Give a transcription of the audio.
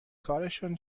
کارشان